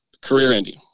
career-ending